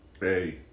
hey